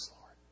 Lord